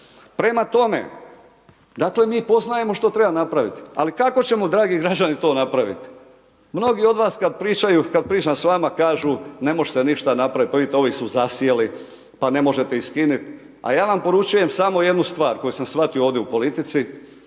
Prema tome, dakle mi poznajemo što treba napraviti, ali kako ćemo dragi građani to napravit, mnogi od vas kad pričaju, kad pričam s vama kažu ne može se ništa napravit pa vidite ovi su zasjeli, pa ne možete ih skinit, a ja vam poručujem samo jednu stvar koju sam shvatio ovdje u politici